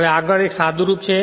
હવે આગળ એક સાદુંરૂપ છે